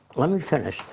let me finish,